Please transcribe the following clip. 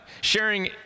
sharing